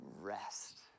rest